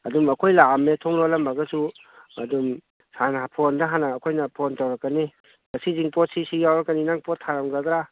ꯑꯗꯨꯝ ꯑꯩꯈꯣꯏ ꯂꯥꯛꯑꯝꯃꯦ ꯊꯣꯡ ꯂꯣꯜꯂꯝꯃꯒꯁꯨ ꯑꯗꯨꯝ ꯍꯥꯟꯅ ꯐꯣꯟꯗ ꯍꯥꯟꯅ ꯑꯩꯈꯣꯏꯅ ꯐꯣꯟ ꯇꯧꯔꯛꯀꯅꯤ ꯉꯁꯤꯗꯤ ꯄꯣꯠꯁꯤ ꯁꯤ ꯌꯥꯎꯔꯛꯀꯅꯤ ꯅꯪ ꯄꯣꯠ ꯊꯥꯔꯝꯒꯗ꯭ꯔꯥ